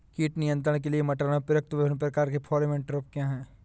कीट नियंत्रण के लिए मटर में प्रयुक्त विभिन्न प्रकार के फेरोमोन ट्रैप क्या है?